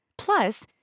Plus